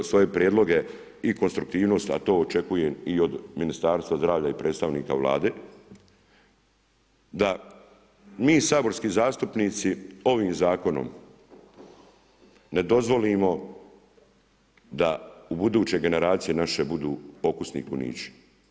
Ne svoje prijedloge i konstruktivnost, a to očekujem i od Ministarstva zdravlja i predstavnika Vlade da mi saborski zastupnici ovim Zakonom ne dozvolimo da ubuduće generacije naše budu pokusni kunići.